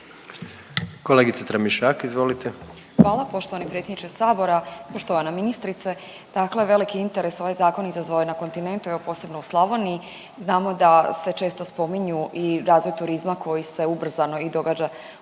**Tramišak, Nataša (HDZ)** Hvala poštovani predsjedniče sabora. Poštovana ministrice, dakle veliki interes ovaj zakon izazvao je na kontinentu, evo posebno u Slavoniji, znamo da se često spominju i razvoj turizma koji se ubrzano i događa upravo